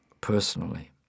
personally